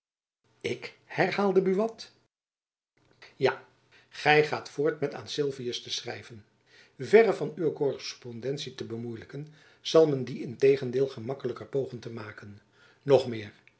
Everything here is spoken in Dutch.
ik herhaalde buat ja gy gaat voort met aan sylvins te schrijven verre van uwe korrespondentie te bemoeilijken zal men die integendeel gemakkelijker pogen te maken nog meer